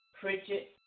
Pritchett